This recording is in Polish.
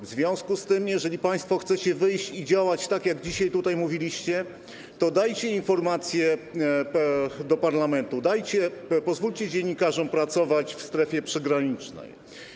W związku z tym, jeżeli państwo chcecie wyjść i działać tak, jak dzisiaj tutaj mówiliście, to dajcie parlamentowi informacje, pozwólcie dziennikarzom pracować w strefie przygranicznej.